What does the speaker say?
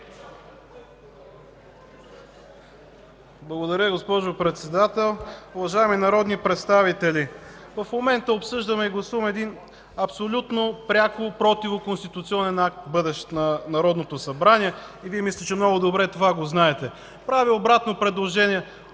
Благодаря, госпожо Председател.